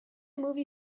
movie